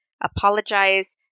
apologize